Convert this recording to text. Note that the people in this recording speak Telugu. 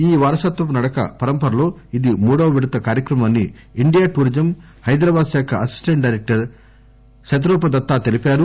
ఈ వారసత్వపు నడక పరంపరలో ఇది మూడోవిడత కార్యక్రమమని ణండియా టూరిజం హైదరాబాద్ శాఖ అసిస్టెంట్ డైరెక్టర్ శతరూపదత్తా తెలిపారు